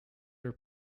your